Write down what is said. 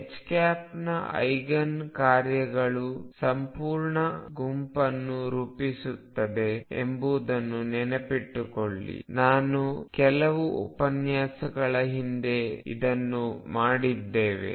H ನ eigen ಕಾರ್ಯಗಳು ಸಂಪೂರ್ಣ ಗುಂಪನ್ನು ರೂಪಿಸುತ್ತವೆ ಎಂಬುದನ್ನು ನೆನಪಿಸಿಕೊಳ್ಳಿ ಇದು ನಾವು ಕೆಲವು ಉಪನ್ಯಾಸಗಳ ಹಿಂದೆ ಮಾಡಿದ್ದೇವೆ